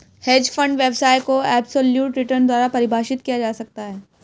hedge fund व्यवसाय को absolute return द्वारा परिभाषित किया जा सकता है